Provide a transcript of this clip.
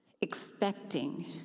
expecting